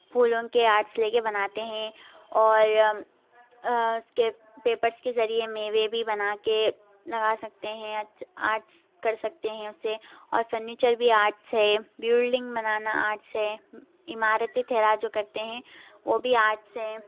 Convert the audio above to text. پھولوں کے آرٹس لے کے بناتے ہیں اور اس کے پییپٹ کے ذریعہ میں وہ بھی بنا کے لگا سکتے ہیں آرٹس کر سکتے ہیں اسے اور فرنیچر بھی آرٹس ہے بلڈنگ بنانا آرٹس ہے عمارتیں ٹھہرا جو کرتے ہیں وہ بھی آرٹس ہیں